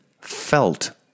felt